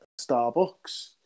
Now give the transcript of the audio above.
Starbucks